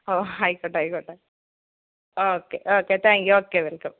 ഓ ആയിക്കോട്ടെ ആയിക്കോട്ടെ okay okay thank you okay welcome